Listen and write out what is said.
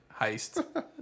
heist